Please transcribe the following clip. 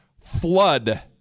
flood